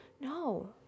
No